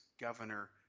Governor